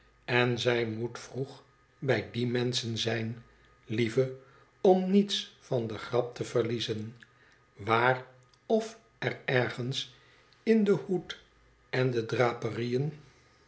en zij moet vroeg bij die menschen zijn lieve om niets van de grap te verliezen waar of er ergens in den hoed en de draperieën